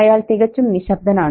അയാൾ തികച്ചും നിശ്ശബ്ദനാണ്